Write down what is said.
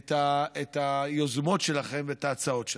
את היוזמות שלכם ואת ההצעות שלכם.